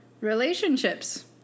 relationships